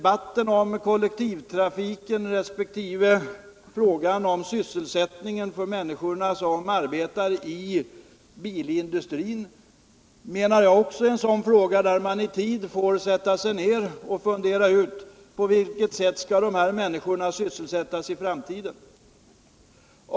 När det gäller kollektivtrafiken resp. sysselsättningen för de människor som arbetar i bilindustrin menar jag att man även i det fallet i tid bör sätta sig ned och fundera över på vilket sätt dessa människor skall sysselsättas i framtiden.